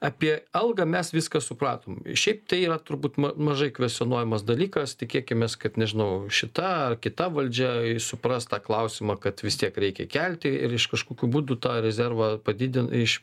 apie algą mes viską supratom šiaip tai yra turbūt ma mažai kvestionuojamas dalykas tikėkimės kad nežinau šita ar kita valdžia supras tą klausimą kad vis tiek reikia kelti ir iš kažkokių būdų tą rezervą padidin iš